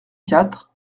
quatre